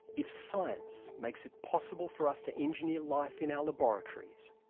if science makes it possible for us to engineer life in our laboratories,